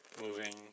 moving